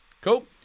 Cool